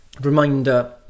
reminder